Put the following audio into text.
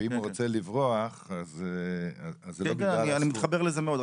ואם הוא רוצה לברוח --- אני מתחבר לזה מאוד.